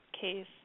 case